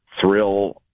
thrill